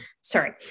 Sorry